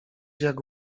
jak